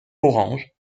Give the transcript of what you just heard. orange